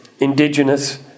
Indigenous